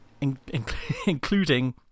including